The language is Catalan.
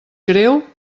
greu